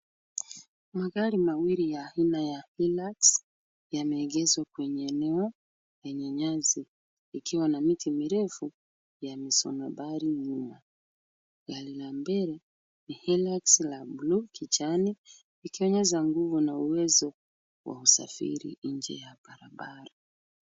Magari mawili ya aina ya Hillux yameegezwa eneo yenye nyasi ikiwa na miti mirefu ya misonobari nyuma. Gari la mbele ni Hillux la bluu kijani ikionyesha nguvu na uwezo wa kusafiri nje ya barabara.